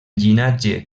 llinatge